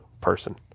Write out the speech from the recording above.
person